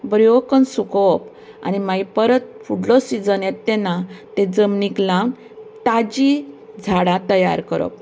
बऱ्यो कन्न सुकोवप आनी मागीर परत फुडलो सिजन येत तेन्ना ते जमनीक लावन ताजीं झाडां तयार करप